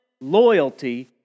loyalty